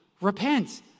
repent